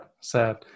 sad